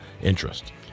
interest